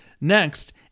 Next